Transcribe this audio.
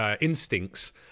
instincts